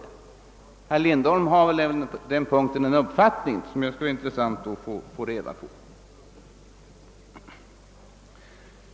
Herr Lindholm har väl på den punkten en uppfattning som det skulle vara intressant att få reda på.